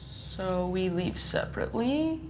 so we leave separately,